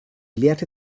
lehrte